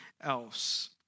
else